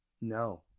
No